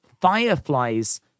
fireflies